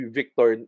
Victor